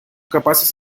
capaces